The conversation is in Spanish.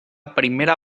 primera